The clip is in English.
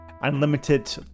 unlimited